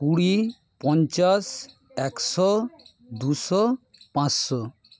কুড়ি পঞ্চাশ একশো দুশো পাঁচশো